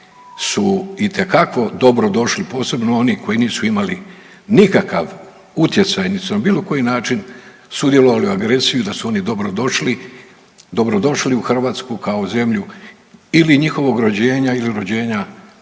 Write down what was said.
su itekako dobrodošli, posebno oni koji nisu imali nikakav utjecaj niti su na bilo koji način sudjelovali u agresiji, da su oni dobrodošli, dobrodošli u Hrvatsku kao zemlju ili njihovog rođenja ili rođenja